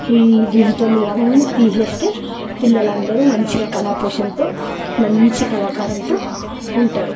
ఈ డిజిటల్ ఇవన్నీ తీసేస్తే పిల్లలందరు మంచిగా కళాపోషణతో మంచి కళాకారంతో ఉంటారు